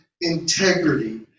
integrity